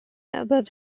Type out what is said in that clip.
above